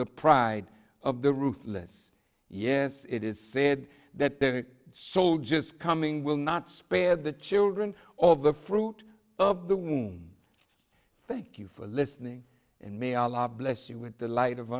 the pride of the ruthless yes it is said that soldiers coming will not spare the children of the fruit of the womb thank you for listening and may allah bless you with the light of